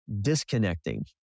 disconnecting